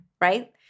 right